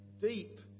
deep